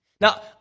Now